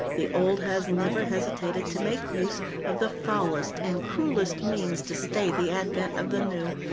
the old has never hesitated to make use of the foulest and cruelest means to stay the advent of the new,